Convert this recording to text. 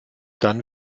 dann